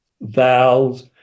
vowels